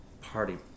party